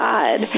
God